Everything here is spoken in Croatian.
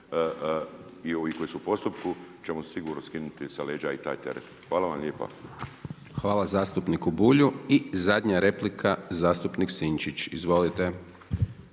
i ovih koji su u postupku, ćemo sigurno skinuti sa leđa i taj teret. Hvala vam lijepa. **Hajdaš Dončić, Siniša (SDP)** Hvala zastupniku Bulju. I zadnja replika zastupnik Sinčić. Izvolite.